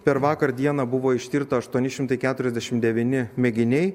per vakar dieną buvo ištirta aštuoni šimtai keturiasdešimt devyni mėginiai